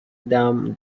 dame